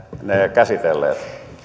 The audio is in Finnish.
käsitelleet